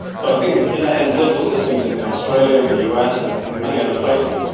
so i think in ah in political systems in australia and the us and and many other places,